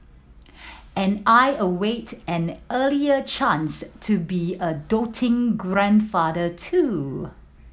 and I await an earlier chance to be a doting grandfather too